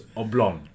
oblong